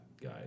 guy